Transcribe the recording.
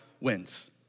wins